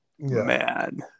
man